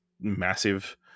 massive